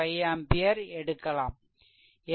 5 ampere எடுக்கலாம்